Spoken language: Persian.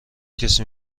کسی